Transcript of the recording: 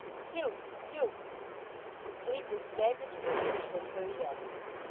hugh! hugh the sleeper staggered to his feet, and hurried after him.